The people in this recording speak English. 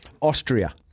Austria